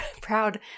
proud